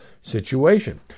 situation